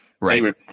right